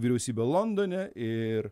vyriausybė londone ir